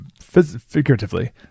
figuratively